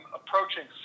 approaching